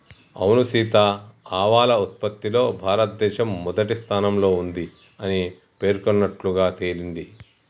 అవును సీత ఆవాల ఉత్పత్తిలో భారతదేశం మొదటి స్థానంలో ఉంది అని పేర్కొన్నట్లుగా తెలింది